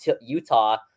Utah